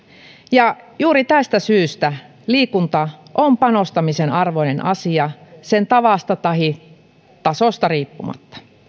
ja juuri tästä syystä liikunta on panostamisen arvoinen asia sen tavasta tahi tasosta riippumatta